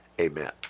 amen